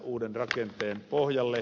uuden rakenteen pohjalle